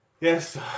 Yes